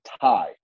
tie